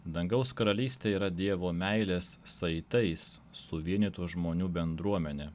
dangaus karalystė yra dievo meilės saitais suvienytų žmonių bendruomenė